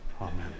amen